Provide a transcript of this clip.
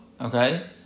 Okay